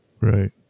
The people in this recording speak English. Right